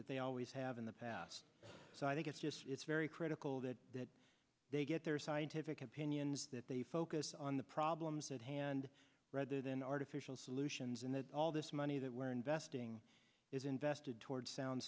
that they always have in the past so i think it's just it's very critical that they get their scientific opinions that they focus on the problems at hand rather than artificial solutions and then all this money that we're investing is invested towards sound